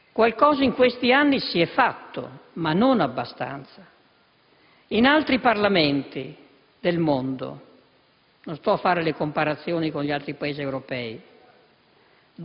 qualcosa, in questi anni, si è fatto, ma non abbastanza. In altri Parlamenti del mondo - non faccio le comparazioni con gli altri Paesi europei